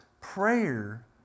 prayer